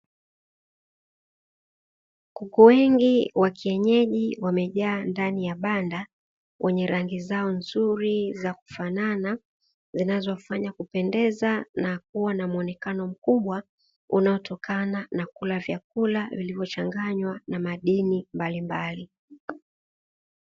Kuku wengi wa kienyeji wamejaa ndani ya banda kwenye rangi zao nzuri za kufanana, zinazowafanya kupendeza na kuwa na mwonekano mkubwa unaotokana na kula vyakula vilivyochanganywa na madini mbalimbali.